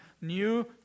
new